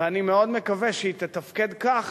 ואני מאוד מקווה שהיא תתפקד כך